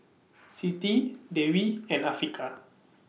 Siti Dewi and Afiqah